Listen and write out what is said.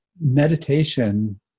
meditation